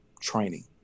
training